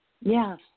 Yes